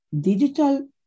digital